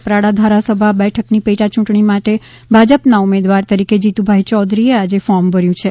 કપરાડા ધારાસભા બેઠકની પેટા ચૂંટણી માટે ભાજપના ઉમેદવાર તરીકે જીતુભાઈ ચૌધરીએ આજે ફોર્મ ભર્યું છે